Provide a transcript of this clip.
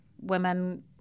women